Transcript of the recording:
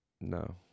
No